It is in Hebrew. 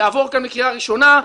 יעבור כאן בקריאה ראשונה.